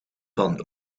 van